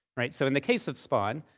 right? so in the case of spaun,